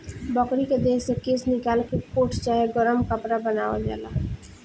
बकरी के देह से केश निकाल के कोट चाहे गरम कपड़ा बनावल जाला